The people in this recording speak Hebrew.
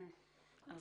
אז